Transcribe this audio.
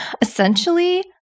essentially